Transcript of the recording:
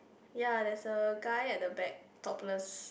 ya there's a guy at the back topless